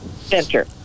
Center